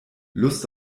lust